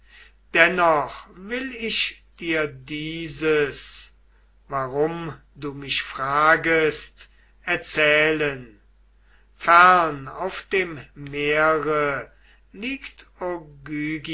dennoch will ich dir dieses warum du mich fragest erzählen fern auf dem meere liegt